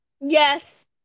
Yes